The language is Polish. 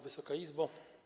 Wysoka Izbo!